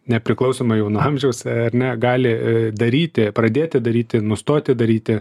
nepriklausomai jau nuo amžiaus ar ne gali daryti pradėti daryti nustoti daryti